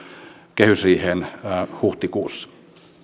kehysriiheen huhtikuussa